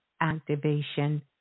activation